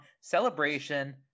celebration